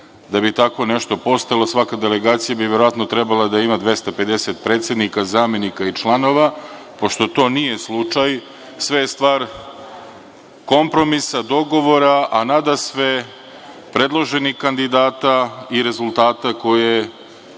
da bi tako nešto postojalo svaka delegacija bi verovatno trebala da ima 250 predsednika, zamenika i članova. Pošto to nije slučaj, sve je stvar kompromisa, dogovora, a nadasve predloženih kandidata i rezultata koje